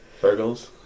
Virgos